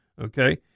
Okay